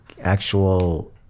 actual